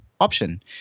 option